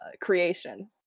creation